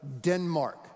Denmark